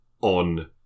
on